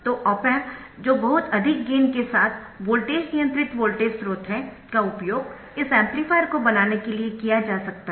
तो op amp जो बहुत अधिक गेन के साथ वोल्टेज नियंत्रित वोल्टेज स्रोत है का उपयोग इस एम्पलीफायर को बनाने के लिए किया जा सकता है